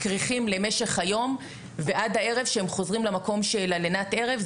כריכים למשך היום ועד הערב שהם חוזרים למקום של לינת הערב.